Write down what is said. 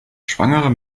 schwangerer